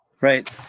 Right